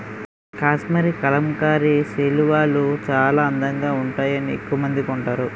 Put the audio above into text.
కాశ్మరీ కలంకారీ శాలువాలు చాలా అందంగా వుంటాయని ఎక్కవమంది కొంటారు